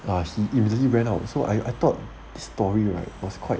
ya he immediately ran out so I thought this story right was quite